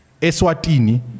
Eswatini